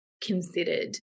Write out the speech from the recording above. considered